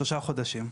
שלושה חודשים.